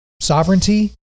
sovereignty